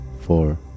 four